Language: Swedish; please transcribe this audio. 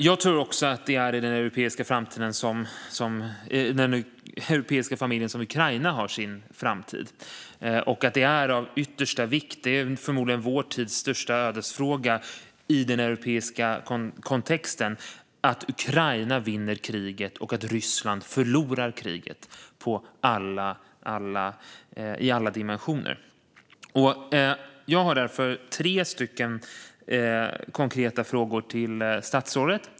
Jag tror också att det är i den europeiska familjen som Ukraina har sin framtid och att det är av yttersta vikt att Ukraina vinner kriget och att Ryssland förlorar kriget i alla dimensioner. Detta är förmodligen vår tids största ödesfråga i den europeiska kontexten. Jag har därför tre konkreta frågor till statsrådet.